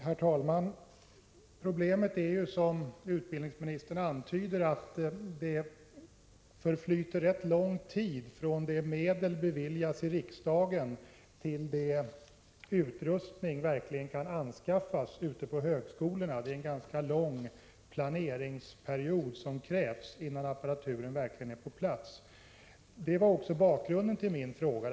Herr talman! Problemet är, som utbildningsministern antyder, att det förflyter rätt lång tid från det att riksdagen beviljar medel till dess att utrustning verkligen kan anskaffas ute på högskolorna. Det krävs en ganska lång planeringsperiod innan apparaturen är på plats. Detta var bakgrunden till min fråga.